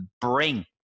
bring